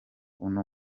uno